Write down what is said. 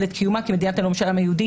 את קיומה כמדינת הלאום של העם היהודי.